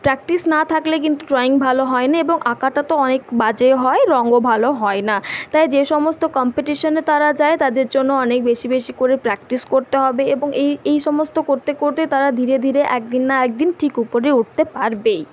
practice না থাকলে কিন্তু ড্রয়িং ভালো হয় না এবং আঁকাটা তো অনেক বাজে হয় রঙও ভালো হয় না তাই যেসমস্ত কম্পিটিশানে তারা যায় তাদের জন্য অনেক বেশী বেশী করে প্র্যাক্টিস করতে হবে এবং এই এই সমস্ত করতে করতে তারা ধীরে ধীরে একদিন না একদিন ঠিক উপরে উঠতে পারবেই